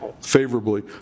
favorably